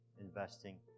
investing